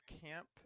camp